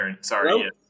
sorry